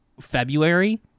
February